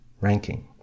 ranking